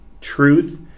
Truth